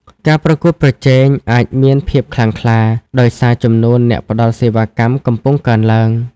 ការប្រកួតប្រជែង អាចមានភាពខ្លាំងក្លា ដោយសារចំនួនអ្នកផ្តល់សេវាកម្មកំពុងកើនឡើង។